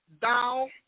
thou